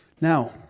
Now